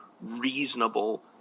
reasonable